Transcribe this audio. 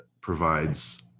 provides